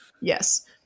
Yes